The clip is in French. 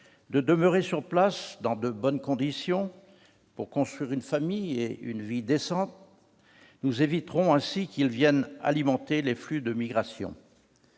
de demeurer sur place dans de bonnes conditions, de construire une famille et une vie décente. Nous éviterons ainsi que ces personnes viennent alimenter les flux de migration.